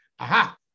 Aha